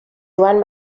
joan